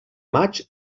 maig